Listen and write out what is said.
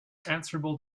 answerable